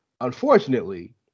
Unfortunately